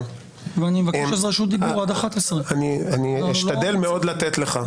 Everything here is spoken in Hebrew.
ואני מבקש לקבל רשות דיבור עד השעה 11:00. אני אשתדל מאוד לתת לך.